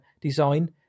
design